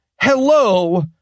hello